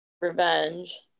Revenge